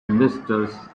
investors